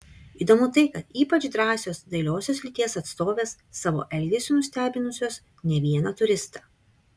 įdomu tai kad ypač drąsios dailiosios lyties atstovės savo elgesiu nustebinusios ne vieną turistą